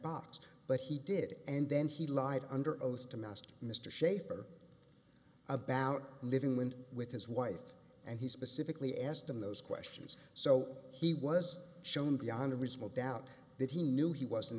box but he did and then he lied under oath to master mr shafer about living with with his wife and he specifically asked him those questions so he was shown beyond a reasonable doubt that he knew he wasn't